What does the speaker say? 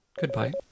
Goodbye